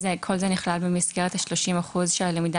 אז כל זה נכלל במסגרת השלושים אחוז של הלמידה